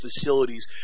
facilities